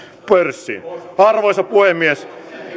pörssiin arvoisa puhemies